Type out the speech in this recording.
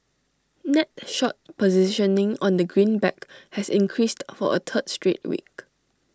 net short positioning on the greenback has increased for A third straight week